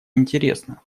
интересно